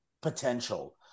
potential